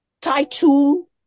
title